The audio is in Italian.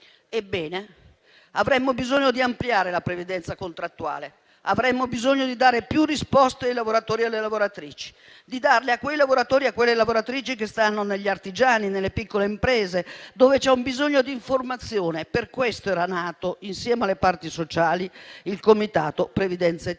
Ebbene, avremmo bisogno di ampliare la previdenza contrattuale, avremmo bisogno di dare più risposte ai lavoratori e alle lavoratrici, di darle a quei lavoratori e a quelle lavoratrici, agli artigiani, alle piccole imprese, dove c'è un bisogno di informazione. Per questo era nato, insieme alle parti sociali, il comitato "Previdenza Italia".